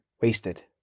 wasted